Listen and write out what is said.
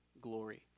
glory